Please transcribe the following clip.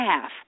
half